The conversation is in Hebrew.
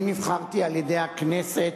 אני נבחרתי על-ידי הכנסת.